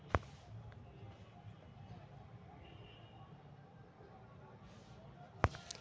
घरियार के खेती लेल घेराबंदी कएल पोखरि के जरूरी होइ छै